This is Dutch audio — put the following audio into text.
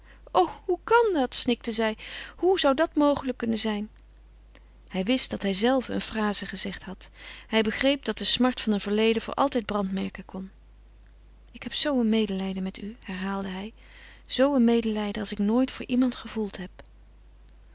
o hoe kan dat snikte zij hoe zou dat mogelijk kunnen zijn hij wist dat hijzelve een fraze gezegd had hij begreep dat de smart van een verleden voor altijd brandmerken kon ik heb zoo een medelijden met u herhaalde hij zoo een medelijden als ik nooit voor iemand gevoeld heb